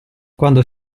quando